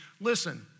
listen